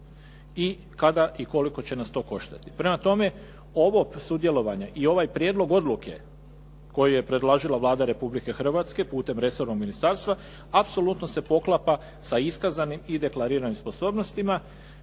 i kada i koliko će nas to koštati. Prema tome, ovo sudjelovanje i ovaj prijedlog odluke koji je predložila Vlada Republike Hrvatske putem resornog ministarstva, apsolutno se poklapa sa iskazanim i deklariranim sposobnostima,